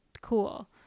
cool